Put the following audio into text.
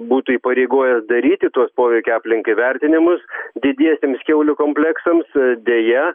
būtų įpareigojęs daryti tuos poveikio aplinkai vertinimus didiesiems kiaulių kompleksams deja